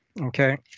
okay